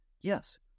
Yes